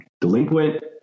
delinquent